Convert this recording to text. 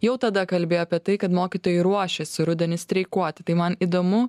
jau tada kalbėjo apie tai kad mokytojai ruošiasi rudenį streikuoti tai man įdomu